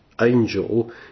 angel